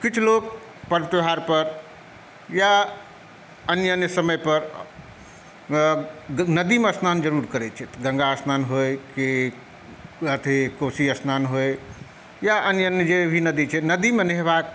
किछु लोक पर्व त्यौहार पर या अन्य समय पर नदी मे स्नान जरुर करै छथि गंगा स्नान होइ कि अथी कोशी स्नान होइ आ अन्य अन्य जे भी नदी छै नदीमे नहेबाक